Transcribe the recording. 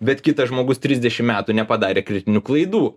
bet kitas žmogus trisdešimt metų nepadarė kritinių klaidų